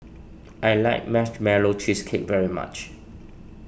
I like Marshmallow Cheesecake very much